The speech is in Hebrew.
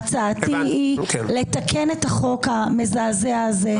הצעתי היא לתקן את החוק המזעזע הזה,